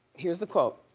here's the quote,